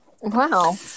Wow